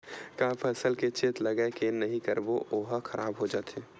का फसल के चेत लगय के नहीं करबे ओहा खराब हो जाथे?